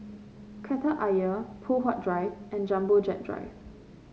Kreta Ayer Poh Huat Drive and Jumbo Jet Drive